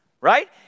Right